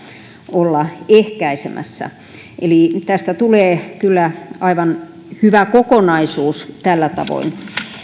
olla ehkäisemässä eli tästä tulee kyllä aivan hyvä kokonaisuus tällä tavoin